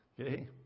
Okay